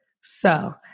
So-